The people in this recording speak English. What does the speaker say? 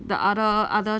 the other other